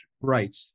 Right